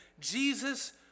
Jesus